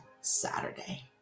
Saturday